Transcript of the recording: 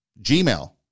Gmail